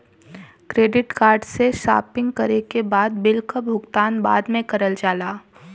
credit card से shopping करे के बाद बिल क भुगतान बाद में करल जाला